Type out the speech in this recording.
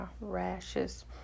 rashes